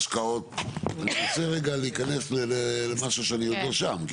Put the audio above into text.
אני רוצה להיכנס למשהו שאני עוד לא שם.